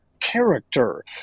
character